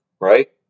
right